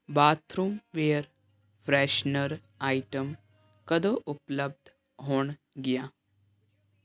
bathroom ਵੇਅਰ freshener item ਕਦੋਂ ਉਪਲਬਧ ਹੋਣਗੀਆਂ